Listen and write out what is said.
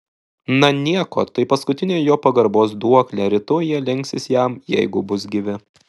na nieko tai paskutinė jo pagarbos duoklė rytoj jie lenksis jam jeigu bus gyvi